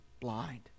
blind